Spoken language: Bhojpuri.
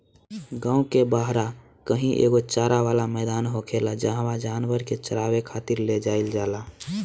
गांव के बाहरा कही एगो चारा वाला मैदान होखेला जाहवा जानवर के चारावे खातिर ले जाईल जाला